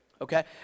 Okay